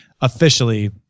officially